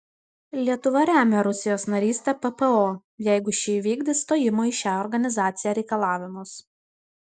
lietuva remia rusijos narystę ppo jeigu ši įvykdys stojimo į šią organizaciją reikalavimus